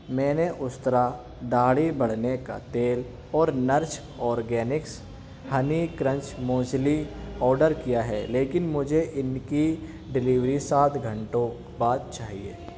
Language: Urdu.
میں نے استرا داڑھی بڑھنے کا تیل اور nourish organics honey crunch muesli order کیا ہے لیکن مجھے ان کی ڈیلیوری سات گھنٹوں بعد چاہیے